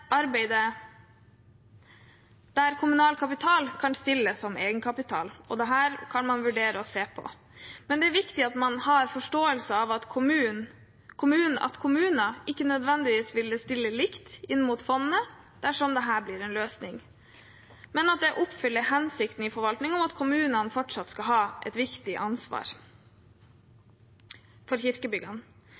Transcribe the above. kan stilles som egenkapital, og dette kan man vurdere å se på. Det er viktig at man har forståelse for at kommuner ikke nødvendigvis ville stilt likt inn mot fondet dersom dette blir en løsning, men det oppfyller hensikten i forvaltningen om at kommunene fortsatt skal ha et viktig ansvar for kirkebyggene.